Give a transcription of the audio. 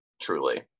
truly